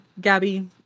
Gabby